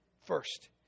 first